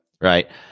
Right